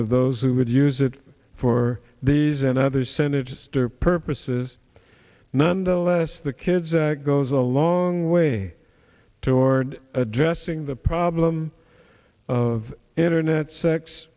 of those who would use it for these and others senate just are purposes nonetheless the kids and goes a long way toward addressing the problem of internet sex